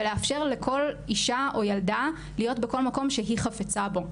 ולאפשר לכל אישה או ילדה להיות בכל מקום שהיא חפצה בו,